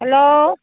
hello